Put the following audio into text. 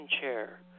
chair